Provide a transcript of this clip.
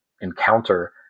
encounter